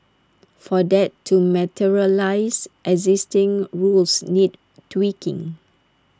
for that to materialise existing rules need tweaking